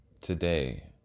today